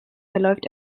verläuft